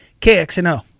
KXNO